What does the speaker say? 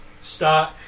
start